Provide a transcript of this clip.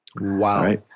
Wow